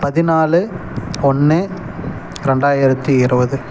பதினாலு ஒன்று ரெண்டாயிரத்து இருபது